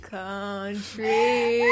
country